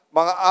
mga